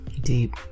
Deep